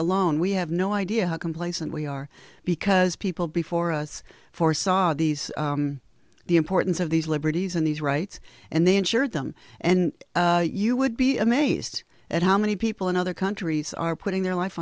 alone we have no idea how complacent we are because people before us foresaw these the importance of these liberties and these rights and they insured them and you would be amazed at how many people in other countries are putting their life